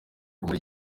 kumara